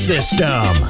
System